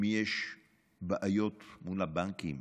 אם יש בעיות מול הבנקים,